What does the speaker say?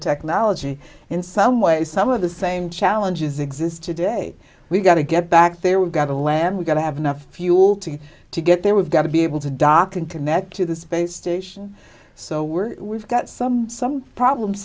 technology in some ways some of the same challenges exist today we've got to get back there we've got to land we've got to have enough fuel to get to get there we've got to be able to dock and connect to the space station so we're we've got some some problem